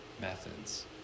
methods